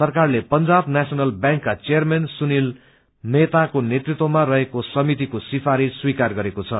सरकारले पंजाब नेशनल ब्यांकका चेयरमैन सुनील मैहताको नेतृत्वमा रहेको समितको सिफारिश स्वीकार गरेको छ